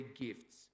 gifts